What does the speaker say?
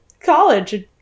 college